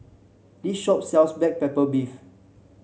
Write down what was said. this shop sells Black Pepper Beef